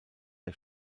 der